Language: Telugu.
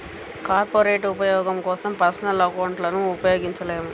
కార్పొరేట్ ఉపయోగం కోసం పర్సనల్ అకౌంట్లను ఉపయోగించలేము